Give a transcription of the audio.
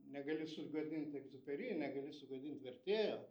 negali sugadint egziuperi negali sugadint vertėjo